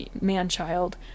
man-child